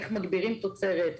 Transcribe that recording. איך מגדילים תוצרת,